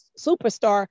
superstar